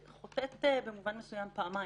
היא חוטאת פעמיים.